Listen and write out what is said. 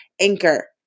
Anchor